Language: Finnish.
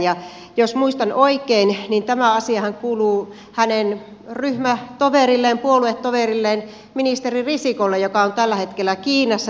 ja jos muistan oikein niin tämä asiahan kuuluu hänen ryhmätoverilleen puoluetoverilleen ministeri risikolle joka on tällä hetkellä kiinassa